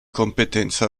competenza